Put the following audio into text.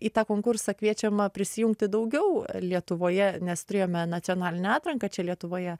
į tą konkursą kviečiama prisijungti daugiau lietuvoje nes turėjome nacionalinę atranką čia lietuvoje